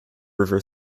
river